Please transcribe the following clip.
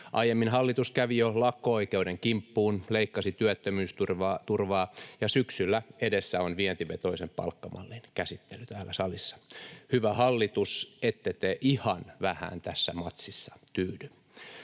Aiemmin hallitus kävi jo lakko-oikeuden kimppuun, leikkasi työttömyysturvaa, ja syksyllä edessä on vientivetoisen palkkamallin käsittely täällä salissa. Hyvä hallitus, ette te ihan vähään tässä matsissa tyydy.